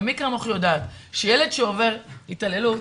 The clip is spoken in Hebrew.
ומי כמוך יודעת שילד שעובר התעללות